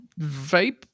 vape